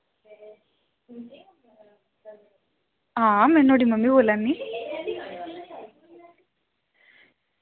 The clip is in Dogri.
आं में नुहाड़ी मम्मी बोल्ला नी